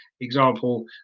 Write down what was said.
Example